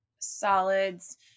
solids